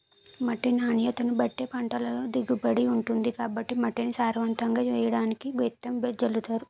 మట్టి నాణ్యతను బట్టే పంటల దిగుబడి ఉంటుంది కాబట్టి మట్టిని సారవంతంగా చెయ్యడానికి గెత్తం జల్లుతారు